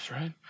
right